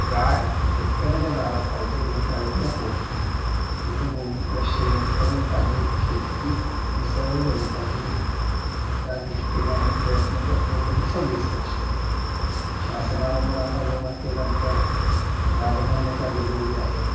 गाय शेतकऱ्याच्या दारात पाहिजे गोशाळेत नको तिचं गोमूत्र शेण सर्व काही शेतीत मिसळलं गेलं पाहिजे त्या दृष्टीने आम्ही प्रयत्न करतो आहे गेली सव्वीस वर्ष शासनानं पण आता गोमातेला आमच्या राजमान्यता दिलेली आहे